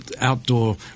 outdoor